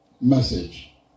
message